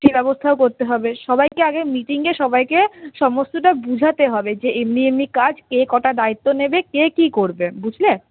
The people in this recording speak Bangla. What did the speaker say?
সে ব্যবস্থাও করতে হবে সবাইকে আগে মিটিংয়ে সবাইকে সমস্তটা বুঝাতে হবে যে এমনি এমনি কাজ কে কটা দায়িত্ব নেবে কে কী করবে বুঝলে